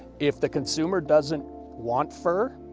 if the consumer doesn't want fur,